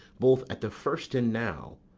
both at the first and now,